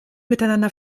miteinander